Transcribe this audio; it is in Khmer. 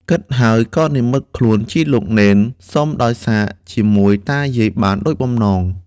គិតហើយ ក៏និម្មិតខ្លួនជាលោកនេន សុំដោយសារជាមួយតាយាយបានដូចបំណង ។